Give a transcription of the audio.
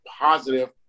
positive